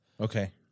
Okay